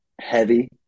heavy